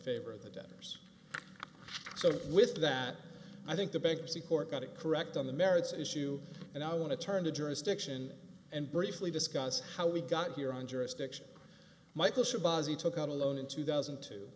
favor of the debtors so with that i think the bankruptcy court got it correct on the merits issue and i want to turn to jurisdiction and briefly discuss how we got here on jurisdiction michael he took out a loan in two thousand